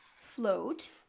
float